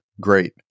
great